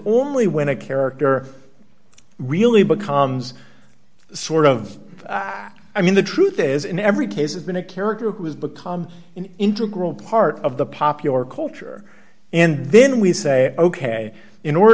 only when a character really becomes sort of i mean the truth is in every case it's been a character who has become an integral part of the popular culture and then we say ok in order